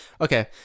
Okay